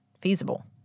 feasible